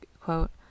Quote